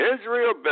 Israel